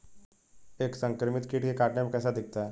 एक संक्रमित कीट के काटने पर कैसा दिखता है?